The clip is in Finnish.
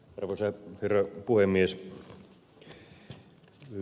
arvoisa herra puhemies